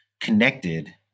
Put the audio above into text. connected